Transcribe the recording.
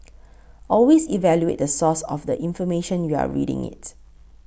always evaluate the source of the information you're reading it